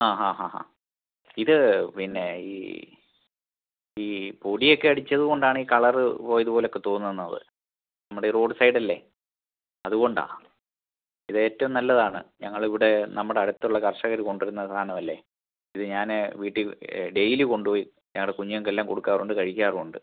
ആ ആ ആ ആ ഇത് പിന്നെ ഈ ഈ പൊടിയൊക്കെ അടിച്ചത് കൊണ്ടാണ് ഈ കളറ് പോയത് പോലെയൊക്കെ തോന്നുന്നത് നമ്മുടെ ഈ റോഡ് സൈഡ് അല്ലെങ്കിൽ അതുകൊണ്ടാണ് ഇത് ഏറ്റവും നല്ലതാണ് ഞങ്ങളിവിടെ നമ്മുടെ അടുത്തുള്ള കർഷകർ കൊണ്ടുവരുന്ന സാധനം അല്ലെ ഇത് ഞാനേ വീട്ടിൽ ഡെയ്ലി കൊണ്ടുപോയി ഞങ്ങളുടെ കുഞ്ഞുങ്ങൾക്കെല്ലാം കൊടുക്കാറുണ്ട് കഴിക്കാറും ഉണ്ട്